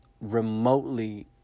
remotely